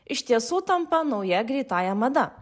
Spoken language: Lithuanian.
iš tiesų tampa nauja greitąja mada